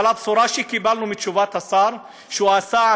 אבל הבשורה שקיבלנו מתשובת השר היא שהוא עשה,